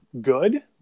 good